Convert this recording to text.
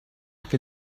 can